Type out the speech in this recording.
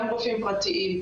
גם רופאים פרטיים,